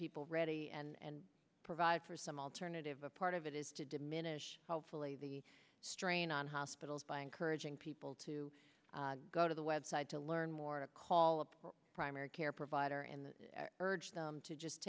people ready and provide for some alternative a part of it is to diminish hopefully the strain on hospitals by encouraging people to go to the web site to learn more to call a primary care provider and urge them to just